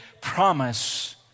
promise